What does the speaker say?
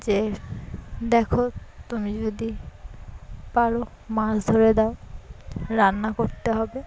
যে দেখো তুমি যদি পারো মাছ ধরে দাও রান্না করতে হবে